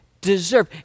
deserve